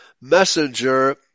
messenger